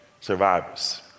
survivors